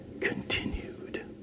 continued